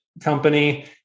company